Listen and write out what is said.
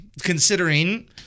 considering